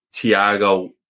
Tiago